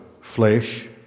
flesh